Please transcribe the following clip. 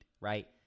Right